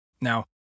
Now